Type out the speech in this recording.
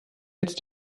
jetzt